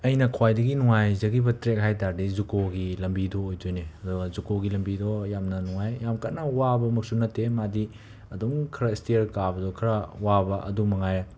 ꯑꯩꯅ ꯈ꯭ꯋꯥꯏꯗꯒꯤ ꯅꯨꯡꯉꯥꯏꯖꯒꯤꯕ ꯇ꯭ꯔꯦꯛ ꯍꯥꯏ ꯇꯥꯔꯗꯤ ꯖꯨꯀꯣꯒꯤ ꯂꯝꯕꯤꯗꯣ ꯑꯣꯏꯗꯣꯏꯅꯦ ꯖꯨꯀꯣꯒꯤ ꯂꯝꯕꯤꯗꯣ ꯌꯥꯝꯅ ꯅꯨꯡꯉꯥꯏ ꯌꯥꯝꯅ ꯀꯟꯅ ꯋꯥꯕꯃꯛꯁꯨ ꯅꯠꯇꯦ ꯃꯥꯗꯤ ꯑꯗꯨꯝ ꯈꯔ ꯏꯁꯇ꯭ꯌꯔ ꯀꯥꯕꯗꯨ ꯈꯔ ꯋꯥꯕ ꯑꯗꯨ ꯃꯉꯥꯏꯔꯦ